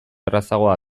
errazagoa